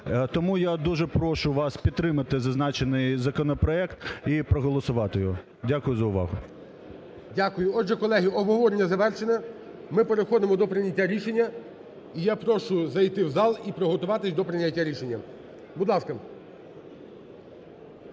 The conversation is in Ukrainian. Тому я дуже прошу вас підтримати зазначений законопроект і проголосувати його. Дякую за увагу. ГОЛОВУЮЧИЙ. Дякую. Отже, колеги, обговорення завершене, ми переходимо до прийняття рішення. І я прошу зайти в зал і приготуватись до прийняття рішення. Будь ласка.